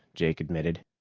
jake admitted.